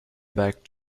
back